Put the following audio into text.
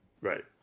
Right